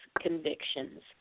convictions